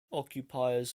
occupies